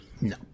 No